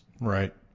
Right